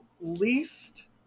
least